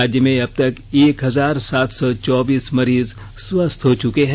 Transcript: राज्य में अब तक एक हजार सात सौ चौबीस मरीज स्वस्थ हो चुके हैं